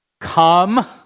Come